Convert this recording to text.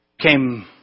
came